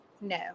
No